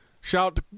Shout